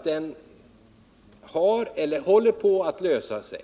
Nu vet vi att det problemet håller på att lösas.